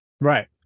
Right